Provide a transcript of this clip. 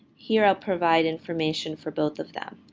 here, i'll provide information for both of them.